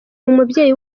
umubyeyi